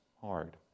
hard